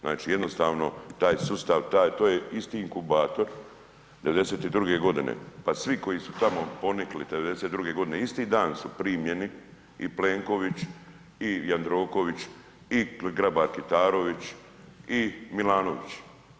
Znači jednostavno taj sustav, taj, to je isti inkubator, '92. godine pa svi koji su tamo ponikli '92. godine isti dan su primljeni i Plenković i Jandroković i Grabar-Kitarović i Milanović.